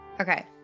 Okay